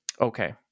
Okay